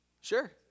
Sure